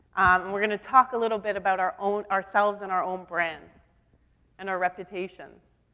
and we're gonna talk a little bit about our own ourselves and our own brands and our reputations.